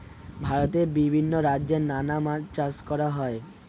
ভারতে বিভিন্ন রাজ্যে নানা মাছ চাষ করা হয়